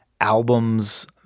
albums